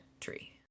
tree